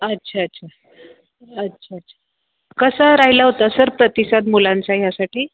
अच्छा अच्छा अच्छा अच्छा कसा राहिला होता सर प्रतिसाद मुलांचा यासाठी